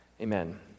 Amen